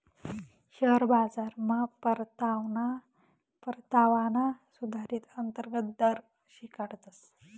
share बाजारमा परतावाना सुधारीत अंतर्गत दर शिकाडतस